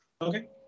Okay